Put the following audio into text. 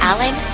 Alan